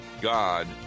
God